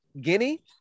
Guinea